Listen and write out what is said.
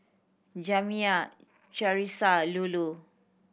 Jamya Charissa Lulu